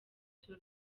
tour